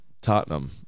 Tottenham